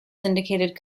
syndicated